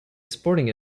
sporting